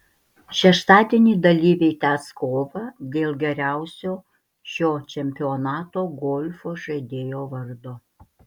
šeštadienį dalyviai tęs kovą dėl geriausio šio čempionato golfo žaidėjo vardo